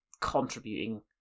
contributing